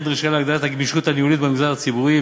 וכן דרישה להגדלת הגמישות הניהולית במגזר הציבורי,